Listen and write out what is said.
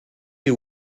you